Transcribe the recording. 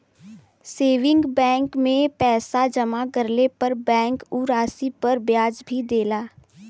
saving bank में पैसा जमा करले पर बैंक उ राशि पर ब्याज भी देला